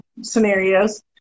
scenarios